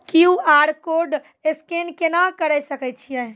QR code scan केना करै सकय छियै?